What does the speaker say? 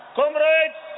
comrades